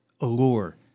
allure